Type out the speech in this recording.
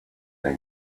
they